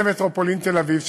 זה מטרופולין תל-אביב,